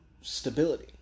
stability